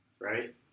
right